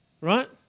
right